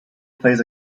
plays